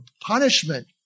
punishment